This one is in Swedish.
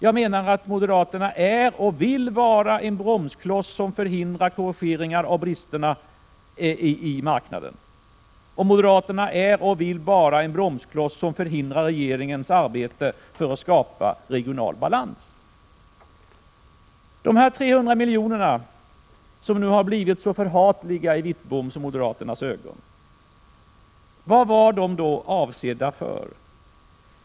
Jag menar att moderaterna är och vill vara en bromskloss som förhindrar korrigeringar av bristerna på marknaden. Moderaterna är och vill vara en bromskloss som förhindrar regeringens arbete att skapa regional balans. Dessa 300 miljoner, som nu har blivit så förhatliga i Wittboms och moderaternas ögon, vad var de avsedda för?